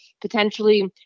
potentially